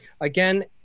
again